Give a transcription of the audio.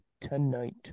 tonight